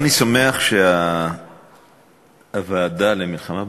אני שמח שהוועדה למלחמה בעוני,